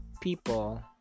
people